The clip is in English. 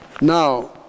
Now